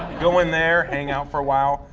go in there, hang out for a while,